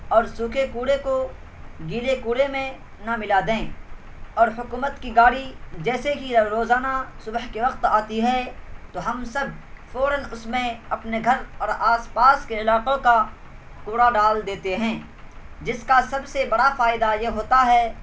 اور سوکھے کوڑے کو گیلے کوڑے میں نہ ملا دیں اور حکومت کی گاڑی جیسے ہی روزانہ صبح کے وقت آتی ہے تو ہم سب فوراً اس میں اپنے گھر اور آس پاس کے علاقوں کا کوڑا ڈال دیتے ہیں جس کا سب سے بڑا فائدہ یہ ہوتا ہے